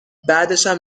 بعدشم